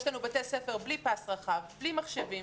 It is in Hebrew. יש לנו בתי ספר בלי פס רחב, בלי מחשבים.